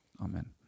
Amen